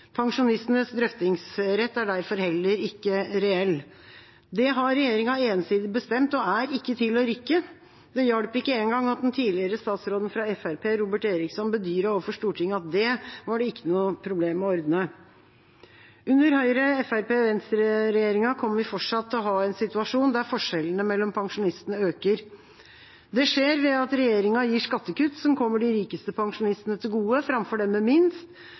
Pensjonistenes drøftingsrett er derfor heller ikke reell. Det har regjeringa ensidig bestemt og er ikke til å rikke. Det hjalp ikke engang at den tidligere statsråden fra Fremskrittspartiet, Robert Eriksson, bedyret overfor Stortinget at det var det ikke noe problem å ordne. Under Høyre–Fremskrittsparti–Venstre-regjeringa kommer vi fortsatt til å ha en situasjon der forskjellene mellom pensjonistene øker. Det skjer ved at regjeringa gir skattekutt som kommer de rikeste pensjonistene til gode, framfor dem med minst.